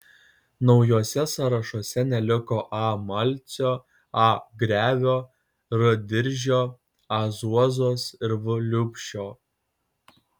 naujuose sąrašuose neliko a malcio a grevio r diržio a zuozos ir v liubšio